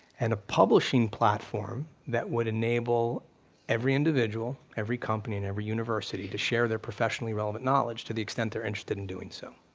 and a publishing platform that would enable every individual, every company, and every university to share their professionally relevant knowledge to the extent they're interested in doing so.